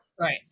Right